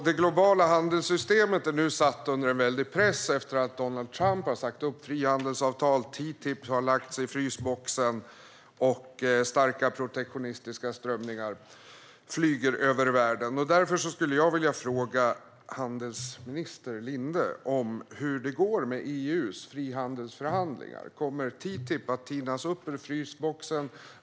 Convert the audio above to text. Det globala handelssystemet är nu satt under en väldig press efter att Donald Trump har sagt upp frihandelsavtal. TTIP har lagts i frysboxen, och vi ser starka protektionistiska strömningar över världen. Därför skulle jag vilja fråga handelsminister Linde hur det går med EU:s frihandelsförhandlingar. Kommer TTIP att tinas upp ur frysboxen?